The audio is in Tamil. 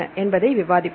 என்பதை விவாதிப்போம்